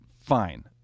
Fine